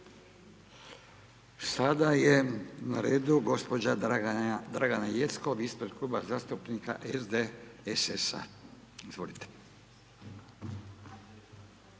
Sada je na redu gospođa Dragana Jeckov, ispred kluba zastupnika SDSS-a, izvolite.